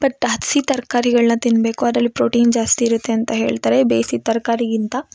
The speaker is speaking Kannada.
ಹಸಿ ತರ್ಕಾರಿಗಳನ್ನ ತಿನ್ನಬೇಕು ಅದರಲ್ಲಿ ಪ್ರೋಟೀನ್ ಜಾಸ್ತಿ ಇರುತ್ತೆ ಅಂತ ಹೇಳ್ತರೆ ಬೇಸಿದ ತರ್ಕಾರಿಗಿಂತ